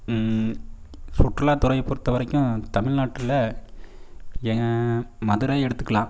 சுற்றுலாத்துறையை பொறுத்தவரைக்கும் தமிழ்நாட்டில் ஏன் மதுரை எடுத்துக்கலாம்